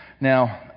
Now